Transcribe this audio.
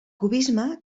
cubisme